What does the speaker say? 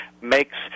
makes